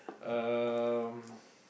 um